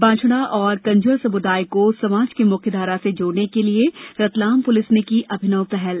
बांछड़ा और कंजर समुदाय को समाज की मुख्य धारा से जोड़ने के लिए रतलाम पुलिस ने की अभिनव पहल